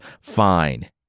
fine